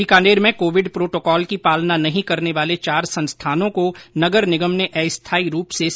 बीकानेर में covid protocol की पालना नहीं करने वाले चार संस्थानों को नगर निगम ने अस्थाई रूप से सीज किया है